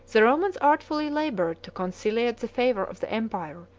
the romans artfully labored to conciliate the favor of the empire,